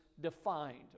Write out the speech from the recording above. defined